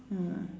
mm